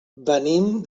venim